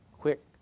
quick